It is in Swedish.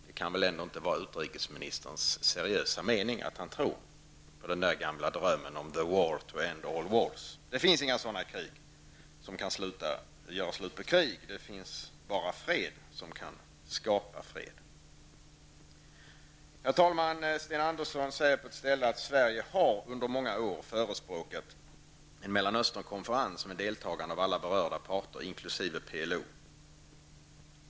Det kan väl ändå inte vara utrikesministerns seriösa mening att han tror på den gamla drömmen om ''the war to end all wars''. Det finns inga sådana krig som kan göra slut på alla krig, det finns bara fred som kan skapa fred. Sten Andersson säger i svaret att: ''Sverige har under många år förespråkat att en Mellanösternkonferens med deltagande av alla berörda parter, inkl. PLO kommer till stånd''.